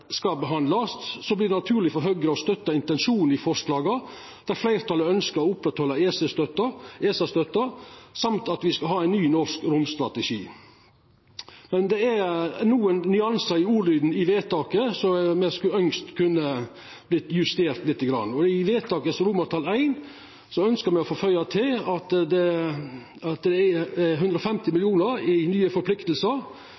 skal behandlast – vert det naturleg for Høgre å støtta intensjonen i forslaga, der fleirtalet ønskjer å oppretthalda ESA-støtta, samt at me skal ha ein ny norsk romstrategi. Men det er nokre nyansar i ordlyden i vedtaket som me skulle ønskt kunne ha vorte justert lite grann: Når det gjeld forslag til vedtak I: Her ønskjer me å føya til at det er 150